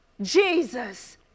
Jesus